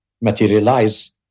materialize